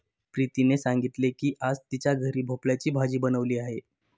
प्रीतीने सांगितले की आज तिच्या घरी भोपळ्याची भाजी बनवली आहे